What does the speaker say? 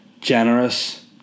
Generous